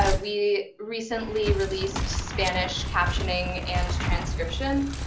ah we recently released spanish captioning and transcription.